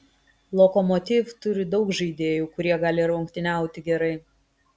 lokomotiv turi daug žaidėjų kurie gali rungtyniauti gerai